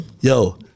Yo